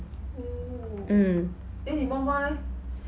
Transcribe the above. oo then 你妈妈 leh